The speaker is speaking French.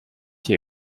qui